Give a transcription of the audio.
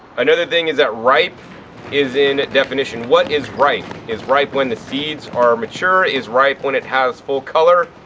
another thing is that ripe as in definition what is ripe? is ripe when the seeds are mature, is ripe when it has full color?